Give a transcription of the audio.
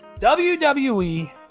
WWE